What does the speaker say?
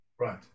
Right